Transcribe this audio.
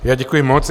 Já děkuji moc.